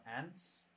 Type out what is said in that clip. ants